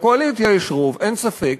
לקואליציה יש רוב, אין ספק.